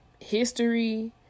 history